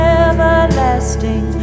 everlasting